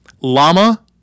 Llama